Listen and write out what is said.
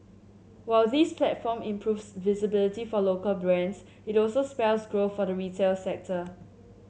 while this platform improves visibility for local brands it also spells growth for the retail sector